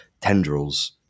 tendrils